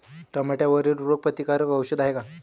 टमाट्यावरील रोग प्रतीकारक औषध हाये का?